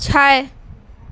छै